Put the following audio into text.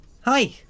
Hi